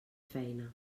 feina